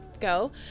go